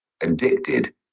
Addicted